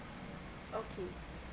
okay